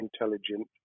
intelligent